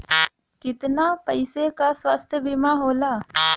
कितना पैसे का स्वास्थ्य बीमा होला?